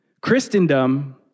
Christendom